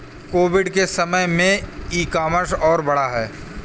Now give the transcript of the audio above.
Covid के समय में ई कॉमर्स और बढ़ा है